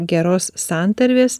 geros santarvės